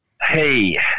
hey